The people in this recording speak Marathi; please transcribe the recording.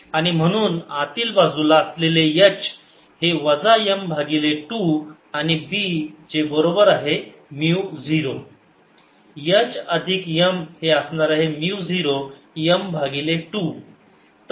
आणि म्हणून आतील बाजूला असलेले H हे वजा M भागिले 2 आणि B जे बरोबर आहे म्यु 0 H अधिक M हे असणार आहे म्यु 0 M भागिले 2